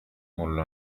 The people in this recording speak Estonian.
mul